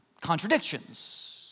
contradictions